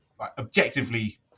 objectively